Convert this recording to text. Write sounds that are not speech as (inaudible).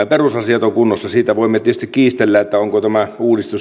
(unintelligible) perusasiat ovat kunnossa mutta siitä voimme tietysti kiistellä onko tämä uudistus sitten